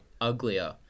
uglier